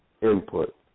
input